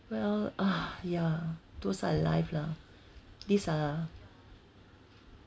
well ugh ya those are life lah these are